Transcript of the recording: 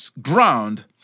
ground